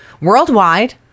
worldwide